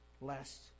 lest